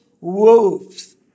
wolves